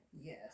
yes